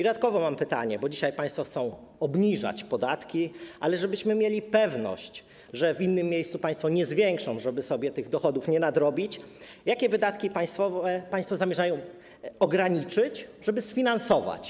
Dodatkowo mam pytanie, bo dzisiaj państwo chcą obniżać podatki, ale żebyśmy mieli pewność, że w innym miejscu państwo ich nie zwiększą, żeby sobie tych dochodów nie nadrobić: Jakie wydatki państwo zamierzają ograniczyć, żeby to sfinansować?